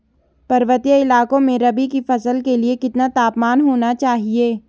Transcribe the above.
पर्वतीय इलाकों में रबी की फसल के लिए कितना तापमान होना चाहिए?